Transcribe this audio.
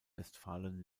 westfalen